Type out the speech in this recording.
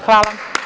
Hvala.